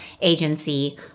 agency